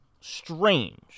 strange